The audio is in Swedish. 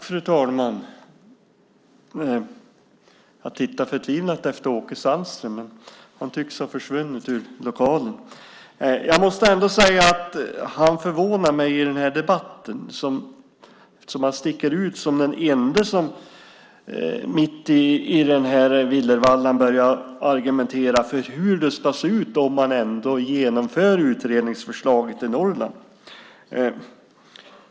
Fru talman! Jag tittar förtvivlat efter Åke Sandström. Men han tycks ha försvunnit ur lokalen. Jag måste ändå säga att han förvånar mig i den här debatten, eftersom han sticker ut som den ende som mitt i den här villervallan börjar argumentera för hur det ska se ut om man ändå genomför utredningsförslaget i Norrland.